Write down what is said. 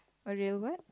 a real what